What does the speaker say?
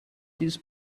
these